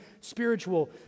spiritual